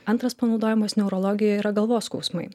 antras panaudojamas neurologijoj yra galvos skausmai